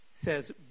says